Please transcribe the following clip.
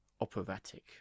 operatic